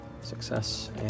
Success